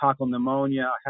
pneumonia